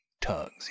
tugs